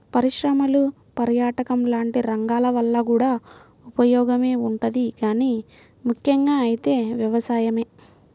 పరిశ్రమలు, పర్యాటకం లాంటి రంగాల వల్ల కూడా ఉపయోగమే ఉంటది గానీ ముక్కెంగా అయితే వ్యవసాయమే